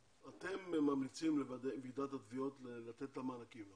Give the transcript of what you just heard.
אתם ממליצים לוועידת התביעות לתת את המענקים.